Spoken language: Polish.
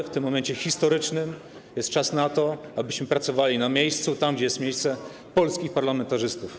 W tym historycznym momencie jest czas na to, abyśmy pracowali na miejscu, tam gdzie jest miejsce polskich parlamentarzystów.